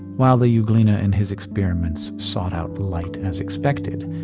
while the euglena in his experiments sought out light as expected,